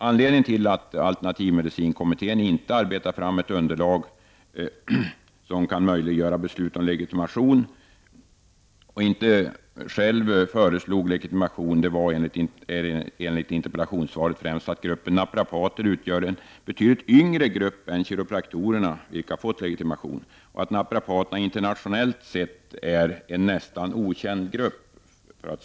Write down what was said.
Anledningen till att alternativmedicinkommittén inte arbetade fram ett underlag som kan möjliggöra beslut om legitimation och inte själv föreslog legitimation var enligt interpellationssvaret främst att gruppen naprapater utgör en betydligt yngre grupp än kiropraktorerna, vilka fått legitimation, och att naprapaterna internationellt sett är ''en nästan okänd grupp.''